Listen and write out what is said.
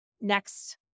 next